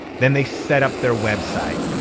then they set up their website.